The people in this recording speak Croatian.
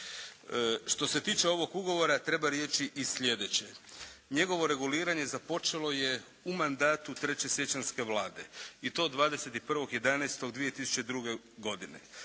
Što se tiče ovog ugovora treba reći i slijedeće. Njegovo reguliranje započelo je u mandatu treće siječanjske Vlade i to 21.11.2002. godine.